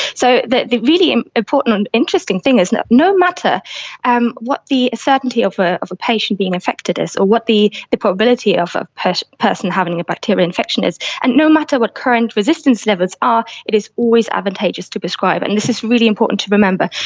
so the the really and important and interesting thing is no no matter and what what the certainty of ah of a patient being affected is or what the the probability of a person person having a bacterial infection is, and no matter what current resistance levels are, it is always advantageous to prescribe, and this is really important to remember,